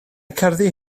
cerddi